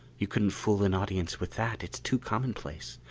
you couldn't fool an audience with that, it's too commonplace.